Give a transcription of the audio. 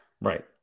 Right